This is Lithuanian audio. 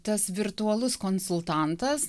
tas virtualus konsultantas